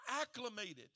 acclimated